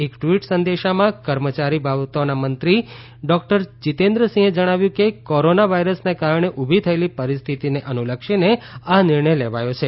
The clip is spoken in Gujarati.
એક ટવીટ સંદેશામાં કર્મચારી બાબતોના મંત્રી ડોકટર જીતેન્દ્રસિંહે જણાવ્યું છે કે કોરોના વાયરસને કારણે ઉભી થયેલી પરિસ્થિતિને અનુલક્ષીને આ નિર્ણય લેવાયો છે